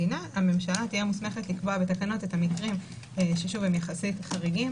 מדינה - הממשלה תהיה מוסמכת לקבוע בתקנות את המקרים שהם חריגים יחסית,